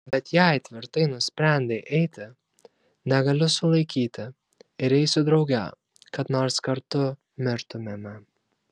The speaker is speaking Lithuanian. bet jei tvirtai nusprendei eiti negaliu sulaikyti ir eisiu drauge kad nors kartu mirtumėme